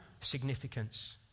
significance